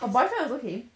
her boyfriend also came